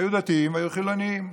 היו דתיים והיו חילונים,